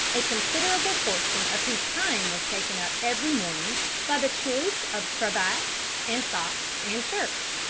a considerable portion of whose time was taken up every morning by the choice of cravats and socks and shirts.